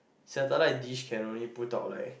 satellite dish can only put out like